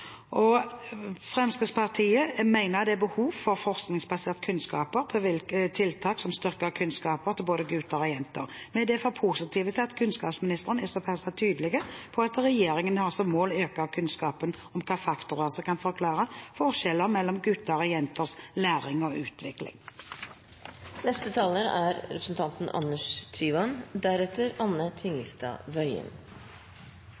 jenter. Fremskrittspartiet mener det er behov for forskningsbasert kunnskap om hvilke tiltak som styrker kunnskapene til både gutter og jenter. Vi er derfor positive til at kunnskapsministeren er såpass tydelig på at regjeringen har som mål å øke kunnskapen om hvilke faktorer som kan forklare forskjeller mellom gutter og jenters læring og utvikling.